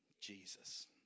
Jesus